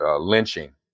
lynching